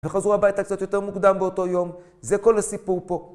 וחזרו הביתה קצת יותר מוקדם באותו יום, זה כל הסיפור פה.